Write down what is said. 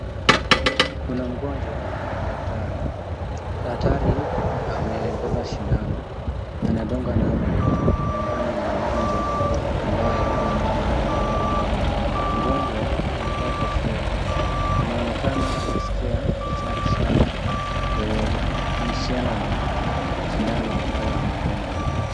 kuna mgonjwa na daktari. Daktari amebeba shindano anadunga nayo mgonjwa kulingana na ugonjwa ambao akonao. Mgonjwa amevaa kofia, inaonekana anaskia uchungu sana kuhusiana na shindano ambayo anadungwa.